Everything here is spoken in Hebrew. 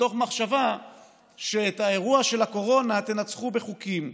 מתוך מחשבה שאת האירוע של הקורונה תנצחו בחוקים.